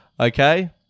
okay